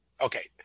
Okay